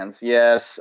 Yes